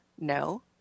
No